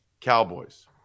Cowboys